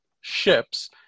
ships